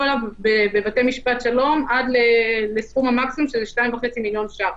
אליו בבתי משפט שלום עד לסכום המקסימום של 2.5 מיליון ש"ח.